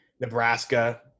Nebraska